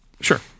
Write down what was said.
Sure